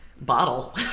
Bottle